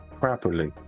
properly